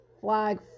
flag